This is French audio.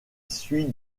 suit